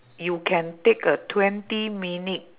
you can take a twenty minute